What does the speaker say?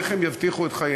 איך הם יבטיחו את חייהם